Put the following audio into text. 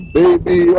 baby